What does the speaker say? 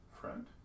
friend